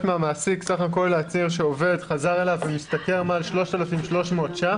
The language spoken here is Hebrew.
מהמעסיק בסך הכול להצהיר שעובד חזר אליו ומשתכר מעל 3,300 שקלים